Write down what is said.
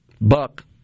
buck